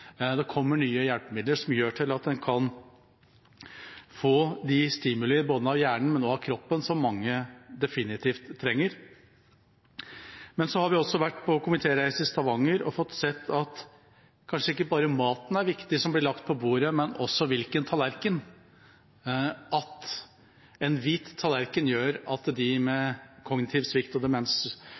Det kommer nye hjelpemidler som gjør at en kan få de stimuli både av hjernen og av kroppen som mange definitivt trenger. Så har vi også vært på komitéreise i Stavanger og fått se at kanskje ikke bare maten som blir lagt på bordet, er viktig, men også hvilken tallerken. En hvit tallerken gjør at de med kognitiv svikt og